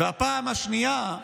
פעם שנייה,